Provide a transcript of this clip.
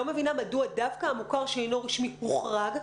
מבינה מדוע דווקא המוכר שאינו רשמי הוחרג,